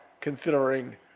considering